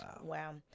Wow